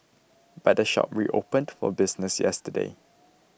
but the shop reopened for business yesterday